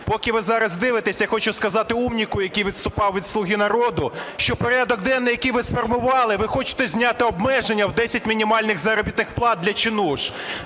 Поки ви зараз дивитесь, я хочу сказати умнику, який виступав від "Слуги народу", що порядок денний, який ви сформували, ви хочете зняти обмеження в 10 мінімальних заробітних плат для чинуш,